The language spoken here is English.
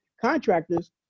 contractors